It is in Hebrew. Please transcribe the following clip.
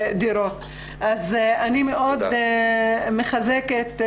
נקודה נוספת,